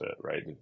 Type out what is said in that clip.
right